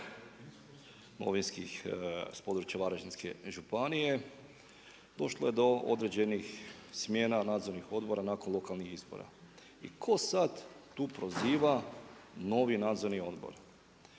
novinskih, s područja Varaždinske županije, došlo je do određenih smjena nadzirnih odbora nakon lokalnih izbora. I tko sad tu proziva novi nadzornog odbor.